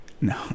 No